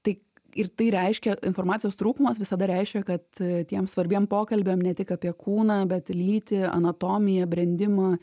tai ir tai reiškia informacijos trūkumas visada reiškia kad tiems svarbiem pokalbiam ne tik apie kūną bet lyti anatomiją brendimą